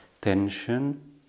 tension